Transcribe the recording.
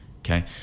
Okay